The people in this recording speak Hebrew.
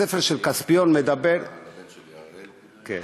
הספר "כספיון" מדבר, הבן שלי הראל, זה אחד